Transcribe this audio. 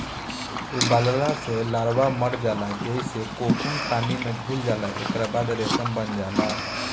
उबालला से लार्वा मर जाला जेइसे कोकून पानी में घुल जाला एकरा बाद रेशम बन जाला